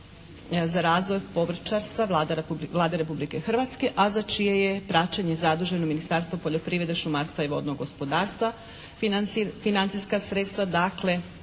za razvoj povrćarstva Vlade Republike Hrvatske a za čije je praćenje zaduženo Ministarstvo poljoprivrede, šumarstva i vodnog gospodarstva. Financijska sredstva dakle